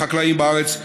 החקלאים בארץ,